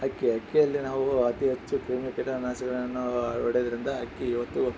ಅಕ್ಕಿ ಅಕ್ಕಿಯಲ್ಲಿ ನಾವು ಅತಿ ಹೆಚ್ಚು ಕ್ರಿಮಿ ಕೀಟನಾಶಗಳನ್ನು ಹೊಡಿಯೋದ್ರಿಂದ ಅಕ್ಕಿ ಇವತ್ತು